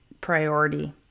priority